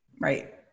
Right